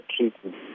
treatment